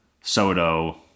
Soto